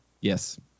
yes